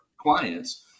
clients